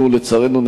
לצערנו,